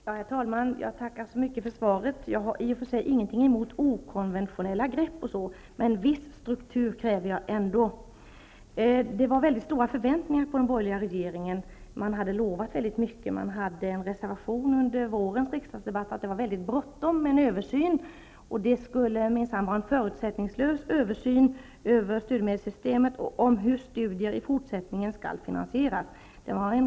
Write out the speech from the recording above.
Herr talman! Jag tackar för svaret. Jag har i och för sig ingenting emot okonventionella grepp, men en viss struktur kräver jag ändå. Det fanns stora förväntningar på den borgerliga regeringen. Den hade lovat väldigt mycket. I en reservation under vårsessionen framhöll man att det var väldigt bråttom med en översyn. Det skulle minsann vara en förutsättningslös översyn av studiemedelssystemet och hur studier i fortsättningen skall finansieras.